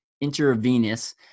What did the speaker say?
intravenous